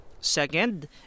Second